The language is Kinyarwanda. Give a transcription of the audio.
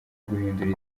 guhindura